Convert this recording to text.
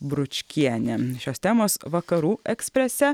bručkienė šios temos vakarų eksprese